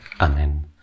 Amen